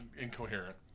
incoherent